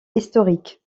historique